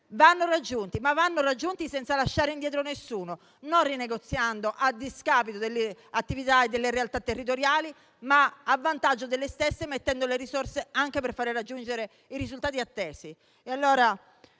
vanno raggiunti, ma senza lasciare indietro nessuno, non con rinegoziazioni a discapito delle attività e delle realtà territoriali, ma a vantaggio delle stesse, mettendo le risorse anche per far raggiungere i risultati attesi.